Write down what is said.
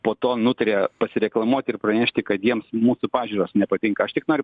po to nutarė pasireklamuoti ir pranešti kad jiems mūsų pažiūros nepatinka aš tik noriu